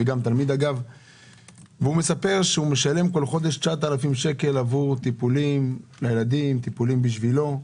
הוא סיפר שהוא משלם כל חודש 9,000 שקלים עבור טיפולים לילדים ועבורו.